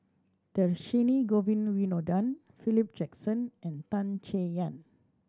Dhershini Govin Winodan Philip Jackson and Tan Chay Yan